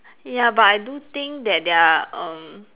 ya but I do think that there are um